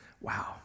Wow